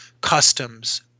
customs